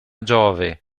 giove